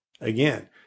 Again